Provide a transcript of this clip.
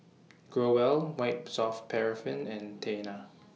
Growell White Soft Paraffin and Tena